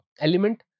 element